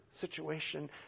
situation